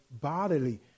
bodily